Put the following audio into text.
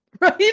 right